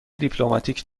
دیپلماتیک